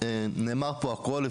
נאמר פה הכל,